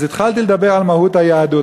אז התחלתי לדבר על מהות היהדות.